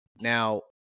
Now